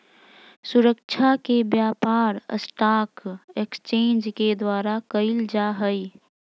सुरक्षा के व्यापार स्टाक एक्सचेंज के द्वारा क़इल जा हइ